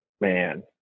Man